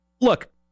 Look